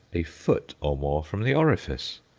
a foot or more from the orifice.